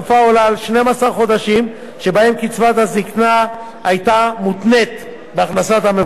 על 12 חודשים שבהם קצבת הזיקנה היתה מותנית בהכנסת המבוטח.